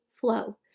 flow